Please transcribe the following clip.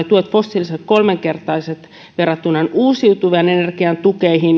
tuet fossiiliselle energialle ovat kolminkertaiset verrattuna uusiutuvan energian